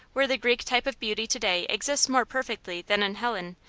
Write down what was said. where the greek type of beauty to-day exists more perfectly than in helene,